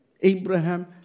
Abraham